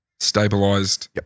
stabilized